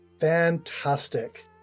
Fantastic